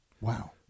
Wow